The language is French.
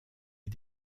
est